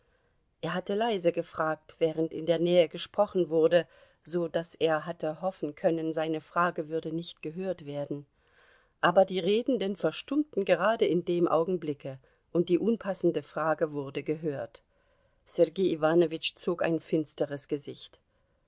er hatte leise gefragt während in der nähe gesprochen wurde so daß er hatte hoffen können seine frage würde nicht gehört werden aber die redenden verstummten gerade in dem augenblicke und die unpassende frage wurde gehört sergei iwanowitsch zog ein finsteres gesicht